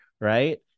Right